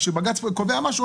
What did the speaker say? כשבג"ץ קובע משהו,